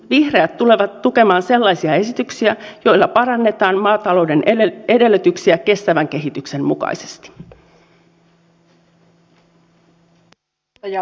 vihreät tulevat tukemaan sellaisia esityksiä joilla parannetaan maatalouden edellytyksiä kestävän kehityksen mukaisesti